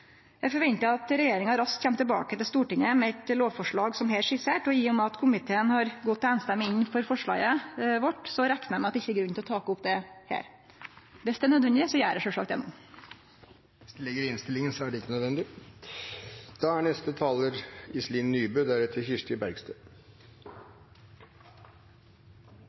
Eg forventar at regjeringa raskt kjem tilbake til Stortinget med eit lovforslag som her er skissert, og i og med at komiteen samrøystes har gått inn for forslaget vårt, reknar eg med at det ikkje er grunn til å ta opp det her. Dersom det er nødvendig, gjer eg sjølvsagt det no. Siden forslaget ligger i innstillingen, er ikke det nødvendig.